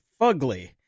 fugly